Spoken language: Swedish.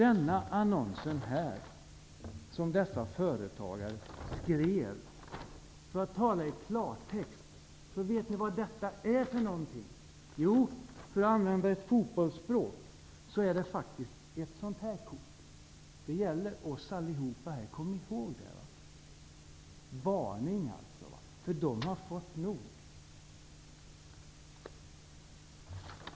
Låt mig återkomma till företagarna i Dagens Industri och använda litet av fotbollsspråket. Det gula kort som jag har här i min hand gäller oss alla här. Det är en varning för att företagarna har fått nog.